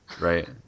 Right